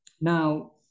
now